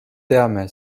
teame